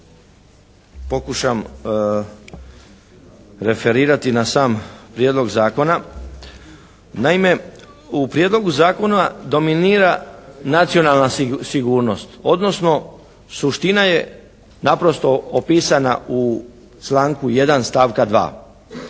pokušam referirati na sam prijedlog zakona. Naime, u prijedlogu zakona dominira nacionalna sigurnost, odnosno suština je naprosto opisana u članku 1. stavka 2.